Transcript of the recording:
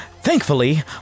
Thankfully